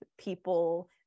people